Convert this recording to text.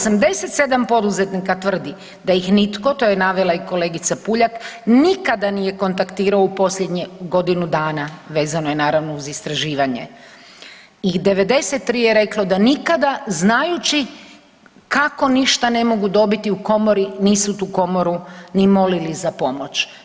87 poduzetnika tvrdi da ih nitko, to je navela i kolegica Puljak nikada nije kontaktirao u posljednje godinu dana vezano je naravno uz istraživanje i 93 je reklo da nikada znajući kako ništa ne mogu dobiti u komori nisu tu komoru ni molili za pomoć.